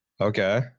Okay